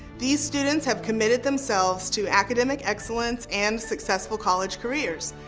these students have committed themselves to academic excellence and successful college careers.